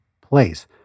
place